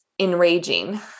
enraging